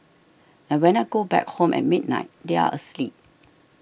and when I go back home at midnight they are asleep